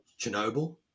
Chernobyl